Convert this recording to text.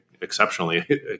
exceptionally